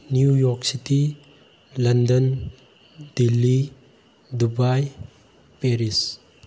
new York City London Delhi Dubai Paris